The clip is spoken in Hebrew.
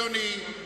אדוני,